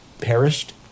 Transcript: perished